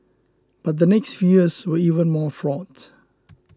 but the next few years were even more fraught